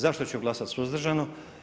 Zašto ću glasati suzdržano?